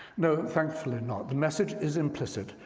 no, thankfully not. the message is implicit,